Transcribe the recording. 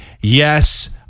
Yes